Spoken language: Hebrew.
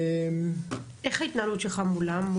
איך ההתנהלות שלך מולם?